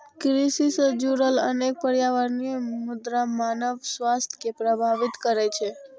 कृषि सं जुड़ल अनेक पर्यावरणीय मुद्दा मानव स्वास्थ्य कें प्रभावित करै छै